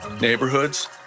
neighborhoods